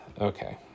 Okay